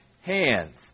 hands